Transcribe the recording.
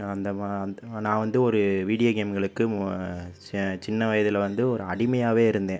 அந்த அந்த நான் வந்து ஒரு வீடியோ கேம்களுக்கு சின்ன வயதில் வந்து ஒரு அடிமையாகவே இருந்தேன்